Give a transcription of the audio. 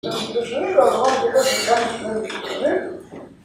‫תודה רבה לכם, ‫שתהיה לכם תודה רבה.